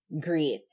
great